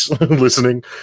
listening